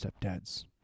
stepdads